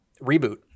reboot